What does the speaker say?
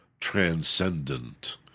transcendent